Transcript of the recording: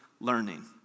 learning